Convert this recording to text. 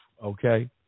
Okay